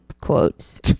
quotes